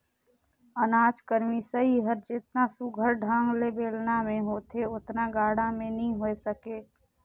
अनाज कर मिसई हर जेतना सुग्घर ढंग ले बेलना मे होथे ओतना गाड़ा मे नी होए सके